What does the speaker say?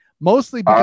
Mostly